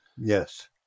Yes